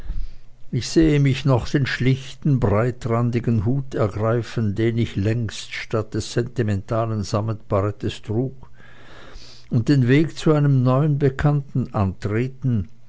ich sehe mich noch den schlichten breitrandigen hut ergreifen den ich längst statt des sentimentalen sammetbarettes trug und den weg zu einem neuen bekannten antreten